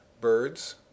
birds